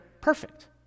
perfect